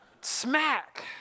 Smack